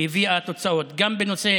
שהביאה תוצאות, גם בנושא